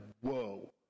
whoa